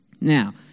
Now